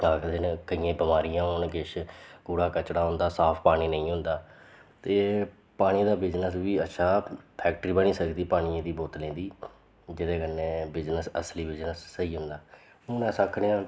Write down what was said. आखदे न केइयें गी बीमारियां न के किश कूड़ा कचरा होंदा साफ़ पानी नेईं होंदा ते एह् पानी दा बिज़नस बी अच्छा फैक्टरी बनी सकदी पनियै दी बोतलें दी जेह्दे कन्नै बिजनस असली बिजनस सेही होंदा हून अस आखने आं